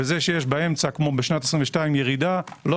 זה שיש באמצע כמו בשנת 22' ירידה לא